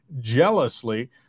jealously